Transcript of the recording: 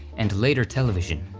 and later television.